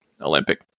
Olympic